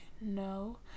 no